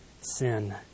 sin